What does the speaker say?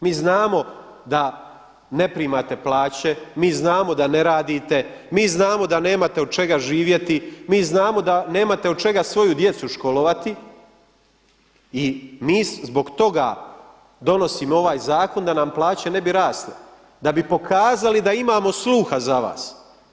Mi znamo da ne primate plaće, mi znamo da ne radite, mi znamo da nemate od čega živjeti, mi znamo da nemate od čega svoju djecu školovati i mi zbog toga donosimo ovaj zakon da nam plaće ne bi rasle, da bi pokazali da imamo sluha za vas.